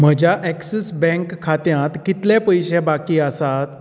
म्हज्या Axis bank खात्यांत कितले पयशे बाकी आसात